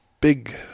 big